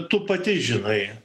tu pati žinai